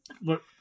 look